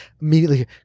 immediately